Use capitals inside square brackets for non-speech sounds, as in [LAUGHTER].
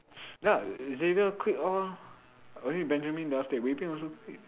[BREATH] ya Xavier quit all only Benjamin they all stay Wei-Bin also quit